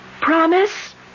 Promise